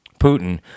Putin